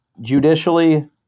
judicially